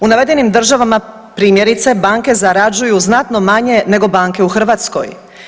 U navedenim državama, primjerice, banke zarađuju znatno manje nego banke u Hrvatskoj.